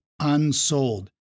unsold